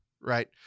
right